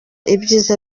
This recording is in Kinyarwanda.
ibyiza